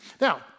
Now